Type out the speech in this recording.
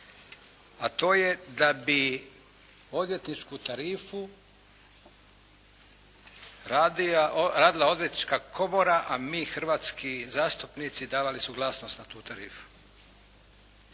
a to je da bi odvjetničku tarifu radila Odvjetnička komora a mi hrvatski zastupnici davali suglasnost na tu tarifu.